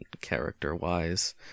character-wise